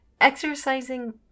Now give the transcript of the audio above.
Exercising